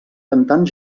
cantant